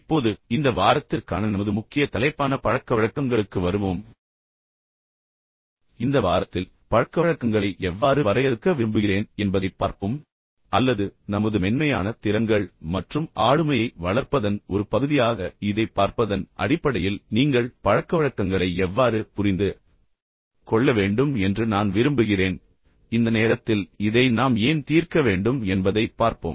இப்போது இந்த வாரத்திற்கான நமது முக்கிய தலைப்பான பழக்கவழக்கங்களுக்கு வருவோம் இந்த வாரத்தில் குறிப்பாக நான் பழக்கவழக்கங்களை எவ்வாறு வரையறுக்க விரும்புகிறேன் என்பதைப் பார்ப்போம் அல்லது நமது மென்மையான திறன்கள் மற்றும் ஆளுமையை வளர்ப்பதன் ஒரு பகுதியாக இதைப் பார்ப்பதன் அடிப்படையில் நீங்கள் பழக்கவழக்கங்களை எவ்வாறு புரிந்து கொள்ள வேண்டும் என்று நான் விரும்புகிறேன் இந்த நேரத்தில் இதை நாம் ஏன் தீர்க்க வேண்டும் என்பதை பார்ப்போம்